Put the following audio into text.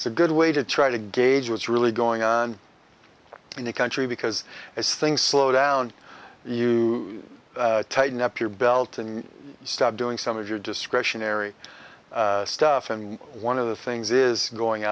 it's a good way to try to gauge what's really going on in the country because as things slow down you tighten up your belt and start doing some of your discretionary stuff and one of the things is going